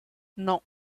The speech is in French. non